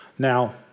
Now